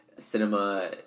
cinema